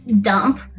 dump